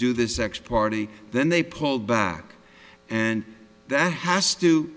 do this x party then they pulled back and that has to